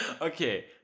Okay